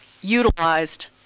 utilized